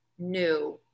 new